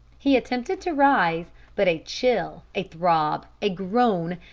he attempted to rise, but a chill, a throb, a groan,